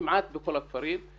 כמעט בכל הכפרים,